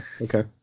Okay